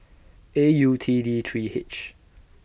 A U T D three H